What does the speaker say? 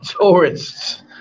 tourists